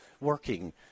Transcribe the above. working